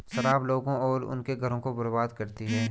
शराब लोगों को और उनके घरों को बर्बाद करती है